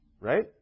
Right